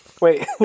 Wait